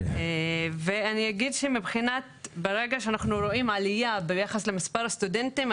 ואני אגיד שברגע שאנחנו רואים עלייה ביחס למספר הסטודנטים,